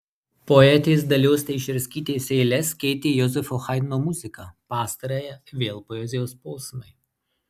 poetės dalios teišerskytės eiles keitė jozefo haidno muzika pastarąją vėl poezijos posmai